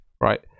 right